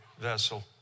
vessel